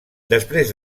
després